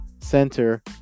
center